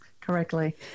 correctly